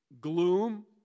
Gloom